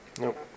Nope